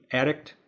addict